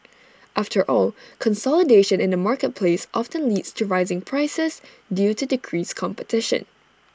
after all consolidation in the marketplace often leads to rising prices due to decreased competition